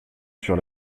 sur